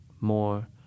more